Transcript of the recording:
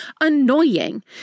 annoying